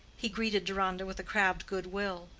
he greeted deronda with a crabbed good-will,